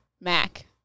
Mac